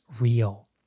real